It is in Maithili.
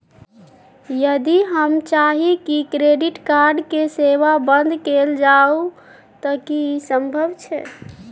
यदि हम चाही की क्रेडिट कार्ड के सेवा बंद कैल जाऊ त की इ संभव छै?